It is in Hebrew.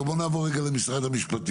טוב, בואו נעבור רגע למשרד המפשטים.